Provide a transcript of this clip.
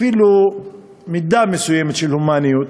אפילו מידה מסוימת של הומניות